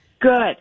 Good